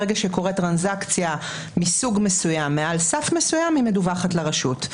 ברגע שקורית טרנזקציה מסוג מסוים מעל סף מסוים היא מדווחת לרשות.